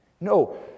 No